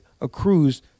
accrues